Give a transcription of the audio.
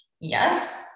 Yes